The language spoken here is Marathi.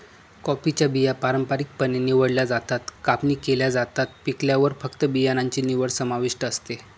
कॉफीच्या बिया पारंपारिकपणे निवडल्या जातात, कापणी केल्या जातात, पिकल्यावर फक्त बियाणांची निवड समाविष्ट असते